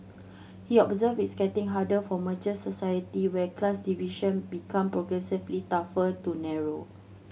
he observed it's getting harder for mature society where class division become progressively tougher to narrow